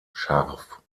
scharf